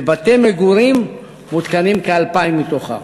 בבתי-מגורים מותקנים כ-2,000 מתוכם.